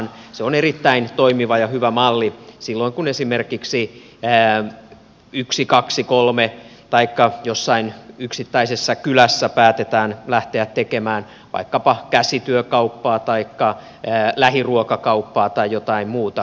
se on erittäin toimiva ja hyvä malli silloin kun esimerkiksi yksi kaksi kolme henkilöä lähtee perustamaan osuuskuntaa taikka jossain yksittäisessä kylässä päätetään lähteä tekemään vaikkapa käsityökauppaa taikka lähiruokakauppaa tai jotain muuta